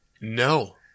No